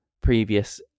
previous